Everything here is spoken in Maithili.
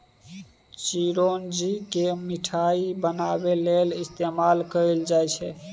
चिरौंजी केँ मिठाई बनाबै लेल इस्तेमाल कएल जाई छै